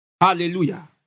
Hallelujah